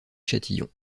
châtillon